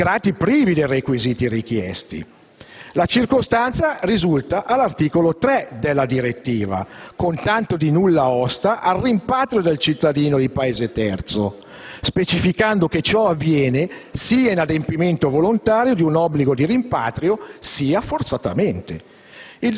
di immigrati privi dei requisiti richiesti. La circostanza risulta all'articolo 3 della direttiva, con tanto di nulla osta al rimpatrio di cittadino di Paese terzo, specificando che ciò avviene sia in adempimento volontario di un obbligo di rimpatrio sia forzatamente.